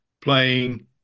playing